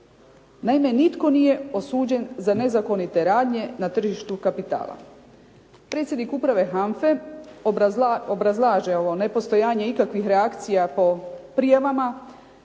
Naime, nitko nije osuđen za nezakonite radnje na tržištu kapitala. Predsjednik uprave HANFA-e obrazlaže ovo nepostojanje ikakvih reakcija po prijavama